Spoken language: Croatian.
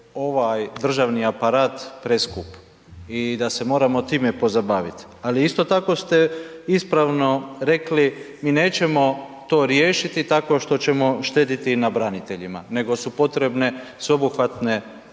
ovaj državni aparat preskup i da se moramo time pozabaviti. Ali isto tako ste ispravno rekli mi nećemo to riješiti tako što ćemo štedjeti na braniteljima, nego su potrebne sveobuhvatne